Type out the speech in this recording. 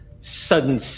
sudden